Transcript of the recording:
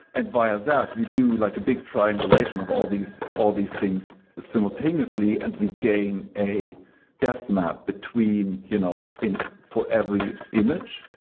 and via that, we do like a big triangulation of all these all these things simultaneously and we gain a depth map between you know for every image.